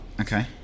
Okay